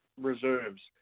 reserves